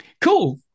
Cool